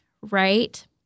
right